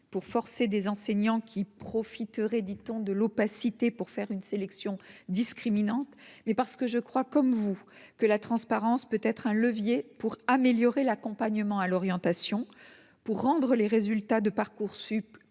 pour forcer des enseignants qui profiteraient dit-on de l'opacité pour faire une sélection discriminante mais parce que je crois comme vous que la transparence peut être un levier pour améliorer l'accompagnement à l'orientation pour rendre les résultats de Parcoursup plus